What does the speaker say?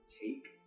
take